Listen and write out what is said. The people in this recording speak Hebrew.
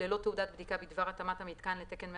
ללא תעודת בדיקה בדבר התאמת המיתקן לתקן 158,